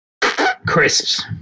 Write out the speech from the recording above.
Crisps